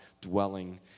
dwelling